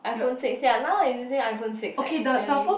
iPhone six ya now I'm using iPhone six leh actually